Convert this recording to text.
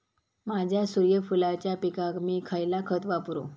माझ्या सूर्यफुलाच्या पिकाक मी खयला खत वापरू?